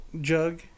jug